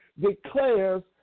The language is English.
declares